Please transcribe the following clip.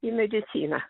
į mediciną